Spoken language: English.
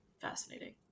fascinating